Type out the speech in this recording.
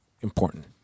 important